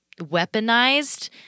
weaponized